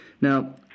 Now